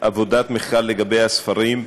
עבודת מחקר לגבי הספרים.